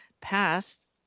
passed